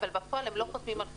אבל בפועל הם לא חותמים על חוזה.